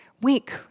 week